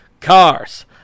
Cars